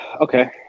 Okay